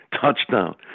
touchdown